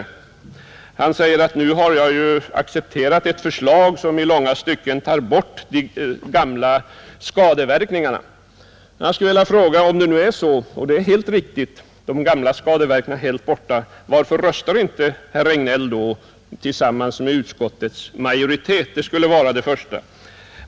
Han menar att nu har jag ju accepterat ett förslag som i långa stycken tar bort de gamla skadeverkningarna. Jag skulle vilja fråga: Om det nu är så att de gamla skadeverkningarna är helt borta — och det är riktigt — varför röstar inte herr Regnéll då tillsammans med utskottets majoritet?